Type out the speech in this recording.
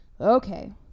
Okay